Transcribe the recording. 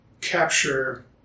capture